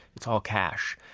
it's all cash.